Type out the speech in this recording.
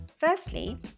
Firstly